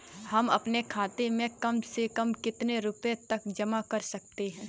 हम अपने खाते में कम से कम कितने रुपये तक जमा कर सकते हैं?